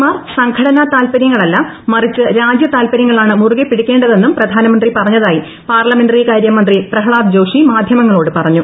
മാർ സംഘടനാ താൽപര്യങ്ങളല്ല മറിച്ച് രാജ്യതാൽപര്യങ്ങളാണ് മുറുകെപ്പിടിക്കേ തെന്നും പ്രധാനമന്ത്രി പറഞ്ഞതായി പാർലമെന്ററികാരൃ മന്ത്രി പ്രഹ്ളാദ് ജോഷി മാധ്യമങ്ങളോട് പറഞ്ഞു